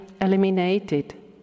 eliminated